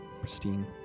Pristine